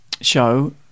show